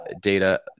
data